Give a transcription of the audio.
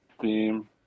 theme